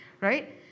right